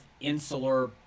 insular